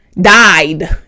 died